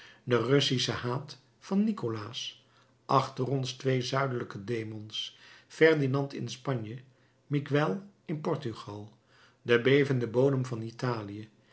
de russische haat van nikolaas achter ons twee zuidelijke demons ferdinand in spanje miguel in portugal de bevende bodem van italië